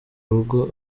rugo